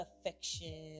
affection